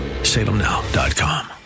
Salemnow.com